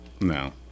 no